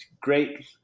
great